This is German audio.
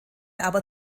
aber